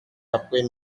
après